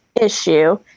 issue